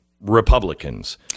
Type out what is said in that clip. Republicans